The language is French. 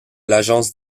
l’agence